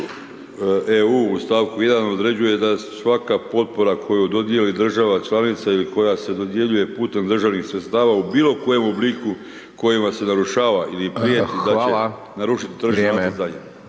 EU u st. 1. određuje da svaka potpora koju dodijeli država članica ili koja se dodjeljuje putem državnih sredstava u bilo kojem obliku kojima se narušava ili…/Upadica: Hvala/…prijeti da će narušiti tržište…/Upadica: